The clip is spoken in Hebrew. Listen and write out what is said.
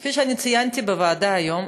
כפי שציינתי בוועדה היום,